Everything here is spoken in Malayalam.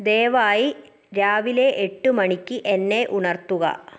ദയവായി രാവിലെ എട്ട് മണിക്ക് എന്നെ ഉണർത്തുക